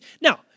Now